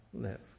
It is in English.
live